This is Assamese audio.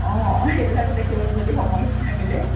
অঁ সেইবিলাকো দেখিব যদি সময় সুবিধা মিলে